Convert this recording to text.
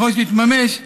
כשתתממש,